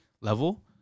level